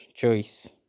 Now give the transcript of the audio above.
choice